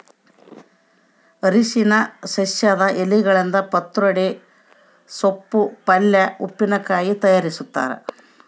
ಅರಿಶಿನ ಸಸ್ಯದ ಎಲೆಗಳಿಂದ ಪತ್ರೊಡೆ ಸೋಪ್ ಪಲ್ಯೆ ಉಪ್ಪಿನಕಾಯಿ ತಯಾರಿಸ್ತಾರ